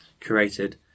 created